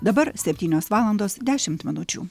dabar septynios valandos dešimt minučių